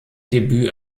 debüt